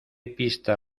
pista